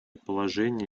положение